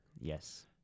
yes